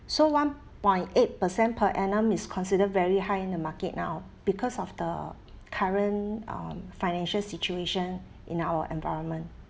so one point eight percent per annum is considered very high in the market now because of the current um financial situation in our environment